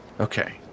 Okay